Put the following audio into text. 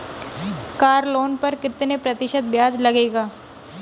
Car loan पर कितने प्रतिशत ब्याज लगेगा?